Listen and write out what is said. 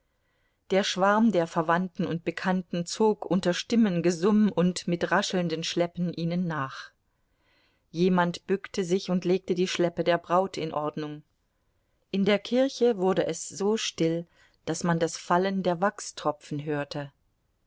der schwarm der verwandten und bekannten zog unter stimmengesumm und mit raschelnden schleppen ihnen nach jemand bückte sich und legte die schleppe der braut in ordnung in der kirche wurde es so still daß man das fallen der wachstropfen hörte